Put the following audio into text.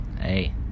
hey